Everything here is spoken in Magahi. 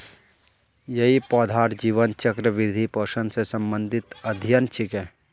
यई पौधार जीवन चक्र, वृद्धि, पोषण स संबंधित अध्ययन छिके